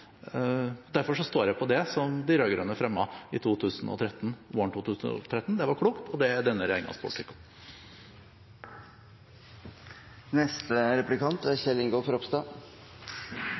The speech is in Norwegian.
Derfor står jeg på det som de rød-grønne fremmet våren 2013. Det var klokt, og det er denne regjeringens politikk også. Jeg er enig med utenriksministeren i at vi alle deler visjonen om